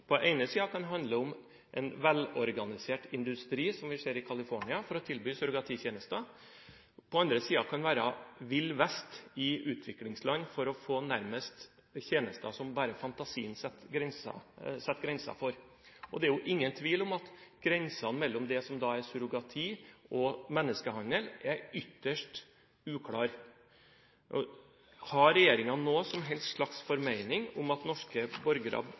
på den ene siden kan handle om en velorganisert industri, som vi ser i California, som tilbyr surrogattjenester, og på den andre siden kan være vill vest i utviklingsland for nærmest å få tjenester som bare fantasien setter grenser for? Det er ingen tvil om at grensene mellom surrogati og menneskehandel er ytterst uklare. Har regjeringen noen som helst formening om det at norske borgere